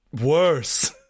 worse